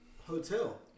Hotel